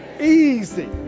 Easy